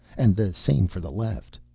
and the same for the left.